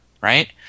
right